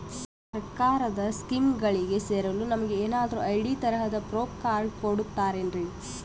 ಸರ್ಕಾರದ ಸ್ಕೀಮ್ಗಳಿಗೆ ಸೇರಲು ನಮಗೆ ಏನಾದ್ರು ಐ.ಡಿ ತರಹದ ಪ್ರೂಫ್ ಕಾರ್ಡ್ ಕೊಡುತ್ತಾರೆನ್ರಿ?